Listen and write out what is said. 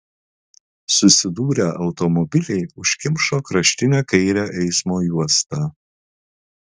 susidūrę automobiliai užkimšo kraštinę kairę eismo juostą